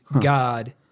God